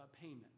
payment